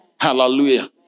Hallelujah